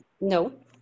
No